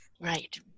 Right